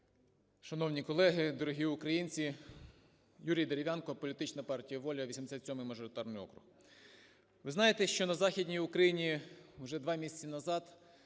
Шановні колеги, дорогі українці! Юрій Дерев'янко, політична партія "Воля", 87 мажоритарний округ. Ви знаєте, що на Західній Україні вже два місяці назад